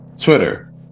Twitter